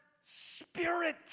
spirit